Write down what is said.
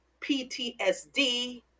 ptsd